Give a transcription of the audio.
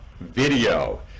video